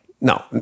No